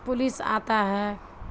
police آتا ہے